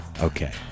Okay